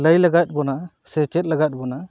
ᱞᱟᱹᱭ ᱞᱟᱜᱟᱣᱮᱫ ᱵᱚᱱᱟ ᱥᱮ ᱪᱮᱫ ᱞᱟᱜᱟᱣᱮᱫ ᱵᱚᱱᱟ